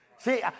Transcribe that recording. See